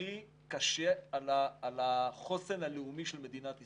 הכי קשה על החוסן הלאומי של מדינת ישראל.